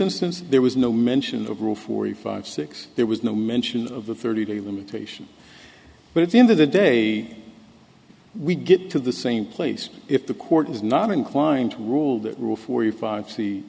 instance there was no mention of rule forty five six there was no mention of a thirty day limitation but at the end of the day we get to the same place if the court is not inclined to rule that rule for you five see